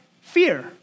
fear